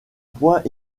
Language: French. pont